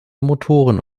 motoren